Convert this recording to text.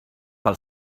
pel